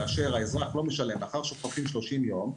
כאשר האזרח לא משלם לאחר שחולפים 30 יום,